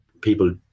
people